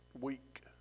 week